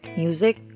music